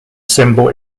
symbol